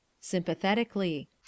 Sympathetically